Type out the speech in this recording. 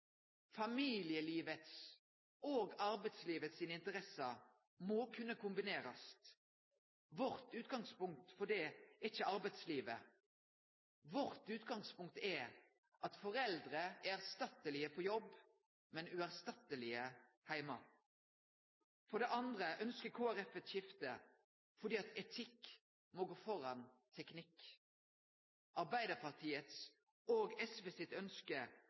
Familielivets og arbeidslivets interesser må kunne kombinerast. Vårt utgangspunkt for det er ikkje arbeidslivet. Vårt utgangspunkt er at foreldre er erstattelege på jobb, men uerstattelege heime. For det andre ønskjer Kristeleg Folkeparti eit skifte fordi etikk må gå føre teknikk. Arbeidarpartiets og SVs ønske